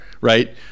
Right